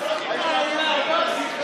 אתה לא חושד בו שהוא,